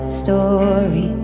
story